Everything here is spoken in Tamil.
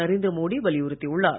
நரேந்திர மோடி வலியுறுத்தி உள்ளார்